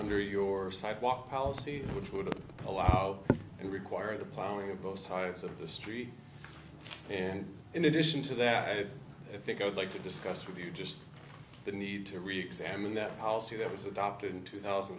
under your sidewalk policy which would allow and require the plowing of both sides of the street and in addition to that i think i would like to discuss with you just the need to reexamine that policy that was adopted in two thousand